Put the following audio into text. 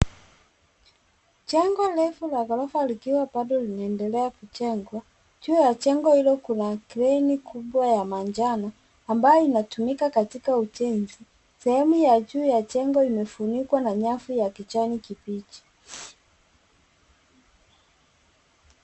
Jengo refu la ghorofa likiwa bado linaendelea kujengwa. Juu ya jengo hilo kuna kreni kubwa ya manjano, ambayo inatumika katika ujenzi. Sehemu ya juu ya jengo limefunikwa na nyavu ya kijani kibichi.